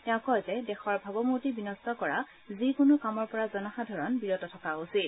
তেওঁ কয় যে দেশৰ ভাৱমূৰ্তি বিনষ্ট কৰা যিকোনো কামৰ পৰা জনসাধাৰণ বিৰত থকা উচিত